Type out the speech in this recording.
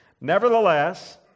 nevertheless